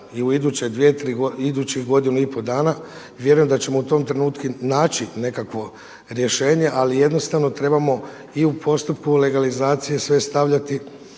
i u idućih godinu i pol dana vjerujem da ćemo u tom trenutku naći nekakvo rješenje. Ali jednostavno trebamo i u postupku legalizacije sve stavljati